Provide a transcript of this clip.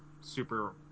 Super